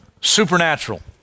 Supernatural